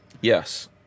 Yes